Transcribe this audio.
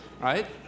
right